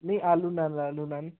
ਨਹੀਂ ਆਲੂ ਨਾਨ ਆਲੂ ਨਾਨ